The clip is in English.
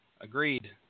Agreed